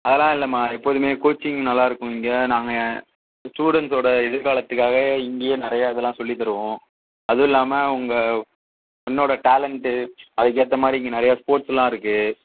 அதலாம் இல்லைமா எப்போதுமே கோச்சிங் நல்லா இருக்கும் இங்கே நாங்கள் ஸ்டூடண்ட்டோடய எதிர்காலத்துக்காக இங்கேயே நிறையா இதுலாம் சொல்லித்தருவோம் அதுவும் இல்லாமல் உங்கள் பொண்ணோடய டேலன்ட்டு அதுக்கேற்ற மாதிரி இங்கே நிறைய ஸ்போர்ட்ஸ்லாம் இருக்குது